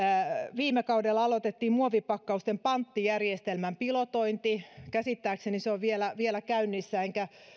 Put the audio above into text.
viime kaudella aloitettiin muovipakkausten panttijärjestelmän pilotointi käsittääkseni se on vielä vielä käynnissä enkä